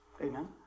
Amen